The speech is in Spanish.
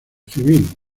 civil